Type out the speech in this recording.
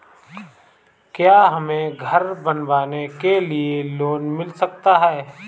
क्या हमें घर बनवाने के लिए लोन मिल सकता है?